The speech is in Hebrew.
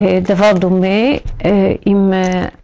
דבר דומה אם